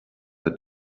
the